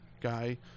guy